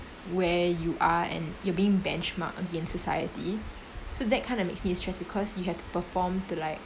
where you are and you're being benchmarked against society so that kind of makes me stressed because you have to perform to like